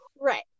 right